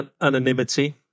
anonymity